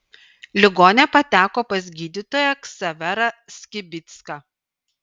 ligonė pateko pas gydytoją ksaverą skibicką